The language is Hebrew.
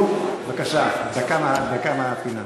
נו, בבקשה, דקה מהפינה.